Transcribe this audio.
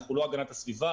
אנחנו לא הגנת הסביבה,